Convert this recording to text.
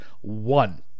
one